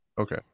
Okay